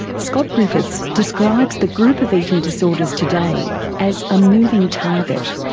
scott griffiths describes the group of eating disorders today as a moving target.